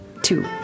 Two